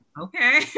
okay